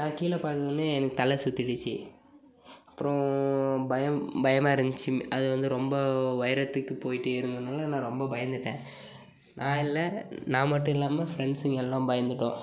நான் கீழே பார்த்ததுமே எனக்கு தலை சுத்திடுச்சு அப்றம் பயம் பயமாருந்துச்சி அதை வந்து ரொம்ப உயரத்துக்கு போயிட்டு ஏறுனதினால நான் ரொம்ப பயந்துட்டேன் நான் இல்லை நான் மட்டும் இல்லாமல் ஃப்ரெண்ட்ஸுங்க எல்லாம் பயந்துட்டோம்